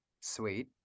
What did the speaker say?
sweet